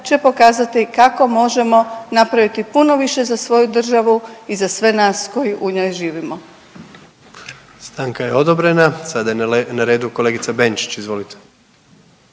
će pokazati kako možemo napraviti puno više za svoju državu i za sve nas koji u njoj živimo. **Jandroković, Gordan (HDZ)** Stanka je odobrena. Sada je na redu kolegica Benčić, izvolite.